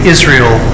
Israel